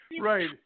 right